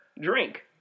drink